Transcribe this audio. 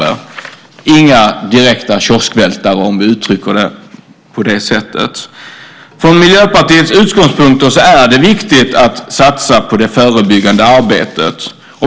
Det är inga direkta kioskvältare, om jag uttrycker det på det sättet. Från Miljöpartiets utgångspunkter är det viktigt att satsa på det förebyggande arbetet.